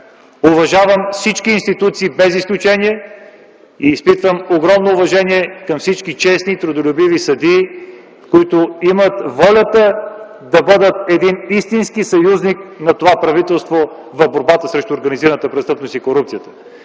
Уважавам всички институции, без изключение. Изпитвам огромно уважение към всички честни и трудолюбиви съдии, които имат волята да бъдат истински съюзник на това правителство в борбата срещу организираната престъпност и корупцията.